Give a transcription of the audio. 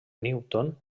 newton